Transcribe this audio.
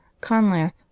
conlath